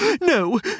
no